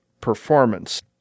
performance